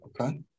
Okay